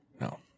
No